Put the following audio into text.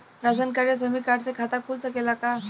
Ration card या श्रमिक card से खाता खुल सकेला का?